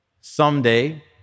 someday